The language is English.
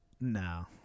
No